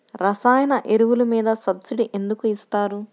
రసాయన ఎరువులు మీద సబ్సిడీ ఎందుకు ఇస్తారు?